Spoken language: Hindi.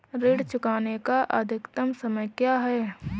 ऋण चुकाने का अधिकतम समय क्या है?